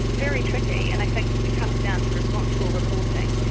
very tricky, and i think it comes down to responsible reporting,